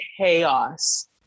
chaos